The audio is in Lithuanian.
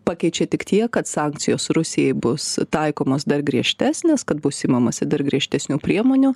pakeičia tik tiek kad sankcijos rusijai bus taikomos dar griežtesnės kad bus imamasi dar griežtesnių priemonių